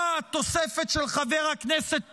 באה התוספת של חבר הכנסת פינדרוס,